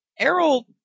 Errol